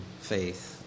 faith